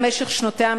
במשך שנותיה,